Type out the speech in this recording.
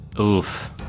Oof